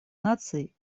наций